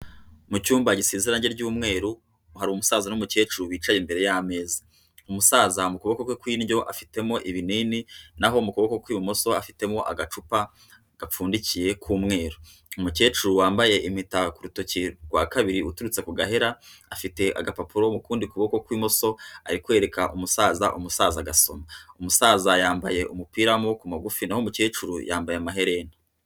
Mu cyumba giseze irange ry'umweru hari umusaza n'umukecuru wicaye imbere y'ameza, umusaza mu kuboko kwe ku indyo afitemo ibinini naho mu kuboko ku ibumoso afitemo agacupa gapfundikiye k'umweru, umukecuru wambaye imitako ku rutoki rwa kabiri uturutse ku gahera afite agapapuro mu kudi kuboko ku ibumoso ari kwereka umusaza umusaza agasoma, umusaza yambaye umupira w'amaboko magufi naho umukecuru yambaye amaherena.